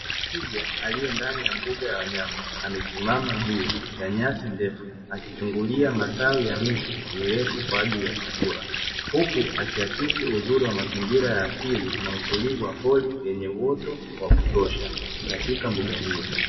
Twiga aliye ndani ya mbuga ya wanyama, amesimama juu ya nyasi ndefu akichungulia matawi ya miti mirefu kwa ajili ya chakula, huku akiakisi uzuri wa mazingira ya asili na utulivu wa pori lenye uoto wa kutosha katika mbuga hiyo.